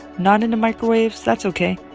not into microwaves? that's ok.